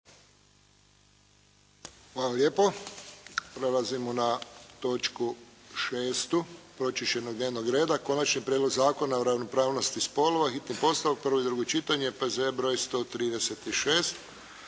Josip (HSS)** Prelazimo na točku 6. pročišćenog dnevnog reda: - Konačni prijedlog zakona o ravnopravnosti spolova, hitni postupak, prvo i drugo čitanje, P.Z.E. br. 136